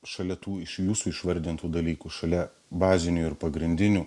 šalia tų iš jūsų išvardintų dalykų šalia bazinių ir pagrindinių